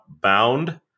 bound